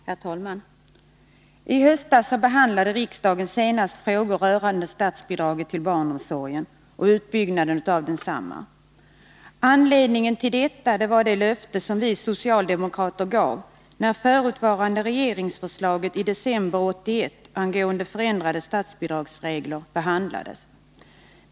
Herr talman! I höstas behandlade riksdagen senast frågor rörande statsbidrag till barnomsorgen och utbyggnaden av densamma. Anledning till detta var det löfte som vi socialdemokrater gav, när förutvarande regeringsförslag i december 1981 angående förändrade statsbidragsregler behandlades.